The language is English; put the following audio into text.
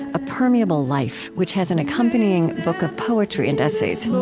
a permeable life, which has an accompanying book of poetry and essays